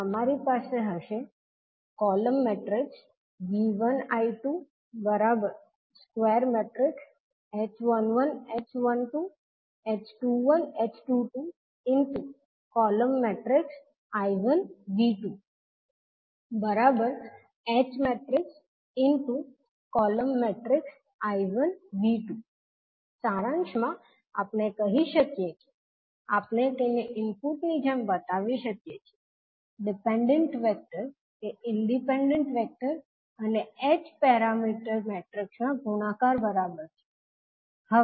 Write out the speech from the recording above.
તો તમારી પાસે હશે સારાંશમાં આપણે કહી શકીએ કે આપણે તેને ઇનપુટની જેમ બતાવી શકીએ છીએ ડિપેન્ડન્ટ વેક્ટર એ ઇંડિપેન્ડન્ટ વેક્ટર અને h પેરામીટર મેટ્રિક્સ ના ગુણાકાર બરાબર છે